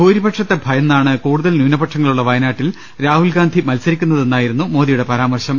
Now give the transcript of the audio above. ഭൂരിപ ക്ഷത്തെ ഭയന്നാണ് കൂടുതൽ ന്യൂനപക്ഷങ്ങളുള്ള വയനാട്ടിൽ രാഹുൽഗാന്ധി മത്സ രിക്കുന്നതെന്നായിരുന്നു മോദിയുടെ പരാമർശം